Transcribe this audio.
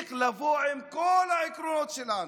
צריך לבוא עם כל העקרונות שלנו,